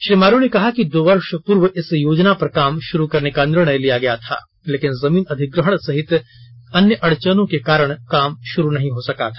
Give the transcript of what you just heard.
श्री मारू ने कहा कि दो वर्ष पूर्व इस योजना पर काम शुरू करने का निर्णय लिया गया था लेकिन जमीन अधिग्रहण सहित अन्य अड़चनों के कारण काम शुरू नहीं हो सका था